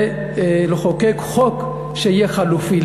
ולחוקק חוק שיהיה חלופי.